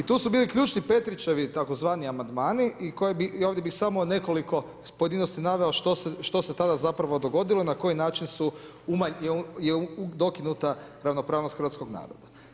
I tu su bili ključni Petrićevi tzv. amandmani i ovdje bih samo nekoliko pojedinosti naveo što se tada zapravo dogodilo i na koji način je dokinuta ravnopravnost hrvatskog naroda.